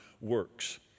works